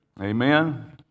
Amen